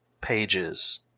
pages